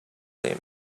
him